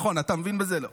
נכון, אתה מבין בזה?